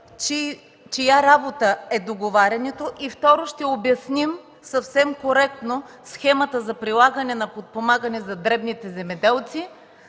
чия работа е договарянето. И второ, ще обясним съвсем коректно Схемата за прилагане за подпомагане на дребните земеделци,